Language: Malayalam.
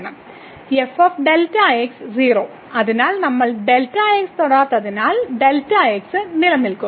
f Δx 0 അതിനാൽ നമ്മൾ Δx തൊടാത്തതിനാൽ Δx നിലനിൽക്കും